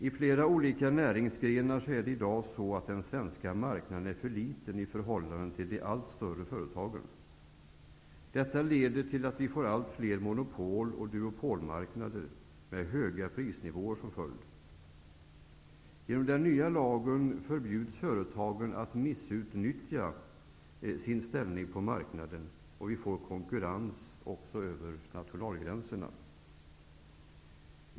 I flera olika näringsgrenar är det i dag så att den svenska marknaden är för liten i förhållande till de allt större företagen. Detta leder till att vi får allt fler monopol och duopolmarknader med höga prisnivåer som följd. Genom den nya lagen förbjuds företagen att utnyttja sin ställning på marknaden och vi får konkurrens också över nationsgränserna.